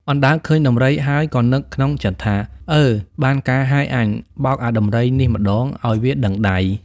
អណ្ដើកឃើញដំរីហើយ ក៏នឹកក្នុងចិត្តថា "អើ បានការហើយអញ! បោកអាដំរីនេះម្តង ឲ្យវាដឹងដៃ"